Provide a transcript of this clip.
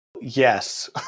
Yes